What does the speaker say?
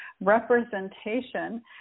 representation